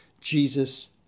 Jesus